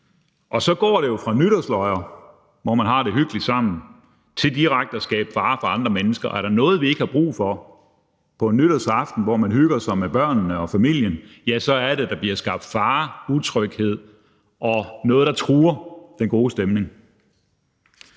og så går det jo fra at være nytårsløjer, hvor man har det hyggeligt sammen, til direkte at skabe fare for andre mennesker. Og er der noget, vi ikke har brug for på en nytårsaften, hvor man hygger sig med børnene og familien, ja, så er det, at der bliver skabt fare og utryghed, og at der er noget, der truer den gode stemning.